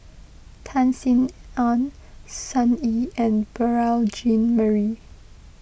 Tan Sin Aun Sun Yee and Beurel Jean Marie